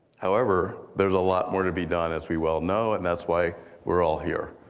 however, there's a lot more to be done, as we well know, and that's why we're all here.